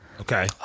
Okay